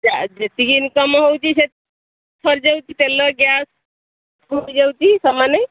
ଯା ଯେତିକି ଇନ୍କମ୍ ହେଉଛି ସରିଯାଉଛି ତେଲ ଗ୍ୟାସ୍ ସମାନେ